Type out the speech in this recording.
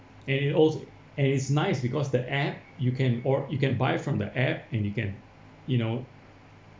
and it als~ and it's nice because the app you can or you can buy from the app and you can you know